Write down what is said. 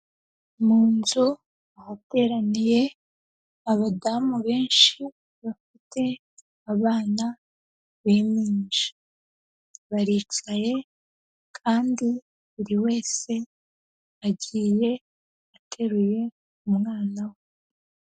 Mu nzu ahateraniye abadamu benshi, bafite abana b'impinja, baricaye kandi buri wese agiye ateruye umwana we.